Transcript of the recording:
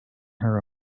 her